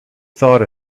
thought